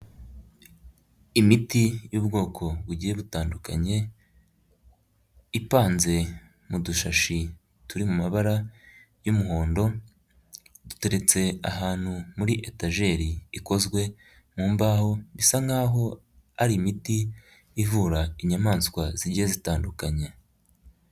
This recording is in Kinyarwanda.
Imiti y'ubwoko bugiye butandukanye, ipanze mu dushashi turi mu mabara y'umuhondo, duteretse ahantu muri etejeri ikozwe mu mbaho, bisa nkaho ari imiti ivura inyamaswa zigiye zitandukanye.